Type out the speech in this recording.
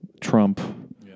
Trump